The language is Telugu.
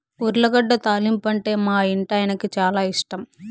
ఉర్లగడ్డ తాలింపంటే మా ఇంటాయనకి చాలా ఇష్టం